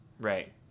right